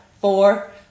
four